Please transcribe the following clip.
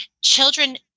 children